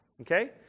Okay